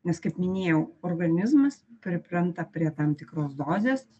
nes kaip minėjau organizmas pripranta prie tam tikros dozės